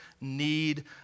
need